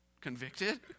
convicted